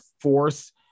force